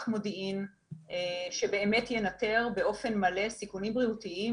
מודיעין שבאמת ינטר באופן מלא סיכונים בריאותיים